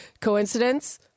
Coincidence